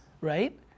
right